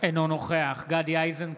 אינו נוכח גדי איזנקוט,